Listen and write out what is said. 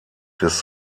des